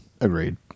Agreed